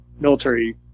military